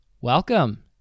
Welcome